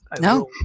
No